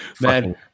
man